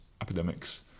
epidemics